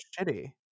shitty